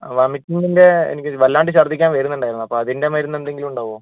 വോമിറ്റിങ്ങിന്റെ എനിക്ക് വല്ലാണ്ട് ഛർദ്ദിക്കാൻ വരുന്നുണ്ടായിരുന്നു അപ്പോൾ അതിന്റെ മരുന്ന് എന്തെങ്കിലും ഉണ്ടാവുമോ